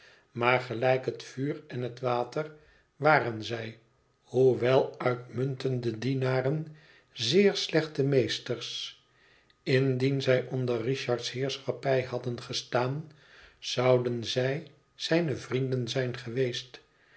maar gelijk het vuur en het water waren zij hoewel uitmuntende dienaren zeer slechte meesters indien zij onder richard's heerschappij hadden gestaan zouden zij zijne vrienden zijn geweest